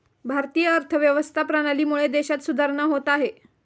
भारतीय अर्थव्यवस्था प्रणालीमुळे देशात सुधारणा होत आहे